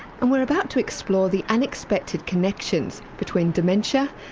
and we're about to explore the unexpected connections between dementia,